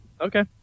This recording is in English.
okay